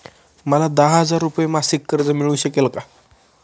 मला दहा हजार रुपये मासिक कर्ज मिळू शकेल का?